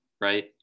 right